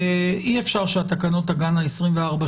שאי אפשר שהתקנות תגענה 24 שעות לפני.